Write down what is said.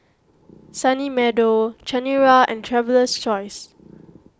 Sunny Meadow Chanira and Traveler's Choice